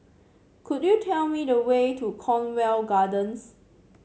could you tell me the way to Cornwall Gardens